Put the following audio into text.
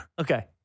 Okay